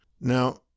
Now